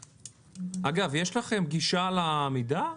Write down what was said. אגב, יש לכם גישה למידע?